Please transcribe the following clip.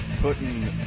Putting